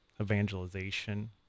evangelization